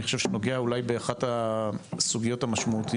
אני חושב שנוגע אולי באחת הסוגיות המשמעותיות